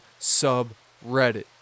subreddit